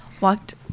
walked